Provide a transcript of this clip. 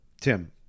Tim